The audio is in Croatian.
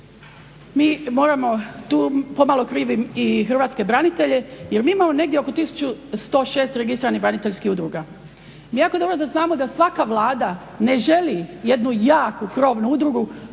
propadanje. Tu pomalo krivim i hrvatske branitelje jer mi imamo negdje oko 1106 registriranih braniteljskih udruga. Mi jako dobro znamo da svaka vlada ne želi jednu jaku krovnu udrugu